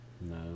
no